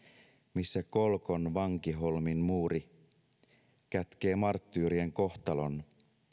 missä kolkon vankiholvin muuri kätkee marttyyrien kohtalon